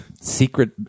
secret